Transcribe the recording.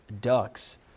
ducks